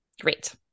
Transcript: Great